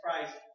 Christ